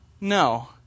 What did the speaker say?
No